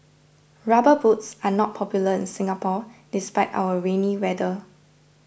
rubber boots are not popular in Singapore despite our rainy weather